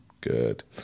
Good